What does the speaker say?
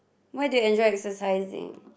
why do you enjoy exercising